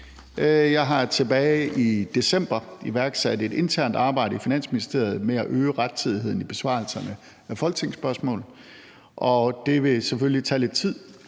Jeg har tilbage i december iværksat et internt arbejde i Finansministeriet med at øge rettidigheden i besvarelserne af folketingsspørgsmål. Det vil selvfølgelig tage lidt tid,